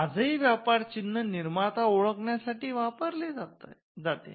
आजही व्यापार चिन्ह निर्माता ओळखण्यासाठी वापरले जाते